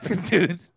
Dude